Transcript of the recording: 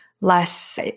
less